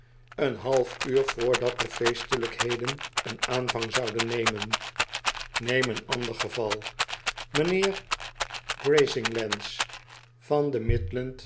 een half uur voordat de feestelijkheden een aanvang zouden nemen neem een ander geval mgnheer grazinglands van de